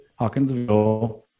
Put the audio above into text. Hawkinsville